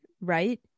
right